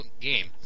game